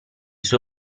suo